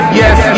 yes